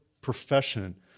profession